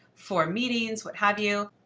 for meetings, what have you.